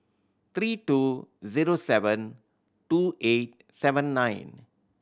three two zero seven two eight seven nine